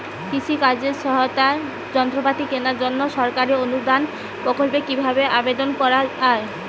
কৃষি কাজে সহায়তার যন্ত্রপাতি কেনার জন্য সরকারি অনুদান প্রকল্পে কীভাবে আবেদন করা য়ায়?